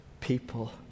people